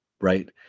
right